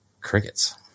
crickets